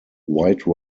wide